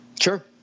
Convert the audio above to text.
Sure